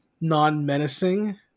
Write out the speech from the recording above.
non-menacing